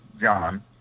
john